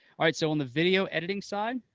alright, so on the video editing side,